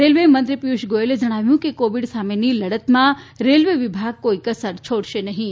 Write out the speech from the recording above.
રેલ્વેમંત્રી પિયુષ ગોયલે જણાવ્યું કે કોવિડ સામેની લડતમાં રેલ્વે વિભાગ કોઇ કસર છોડશે નહીં